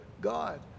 God